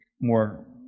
more